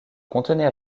contenait